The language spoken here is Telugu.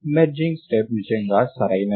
మెర్జింగ్ స్టెప్ నిజంగా సరైనది